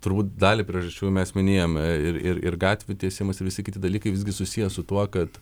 turbūt dalį priežasčių mes minėjome ir ir ir gatvių tiesimas ir visi kiti dalykai visgi susiję su tuo kad